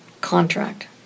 contract